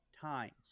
times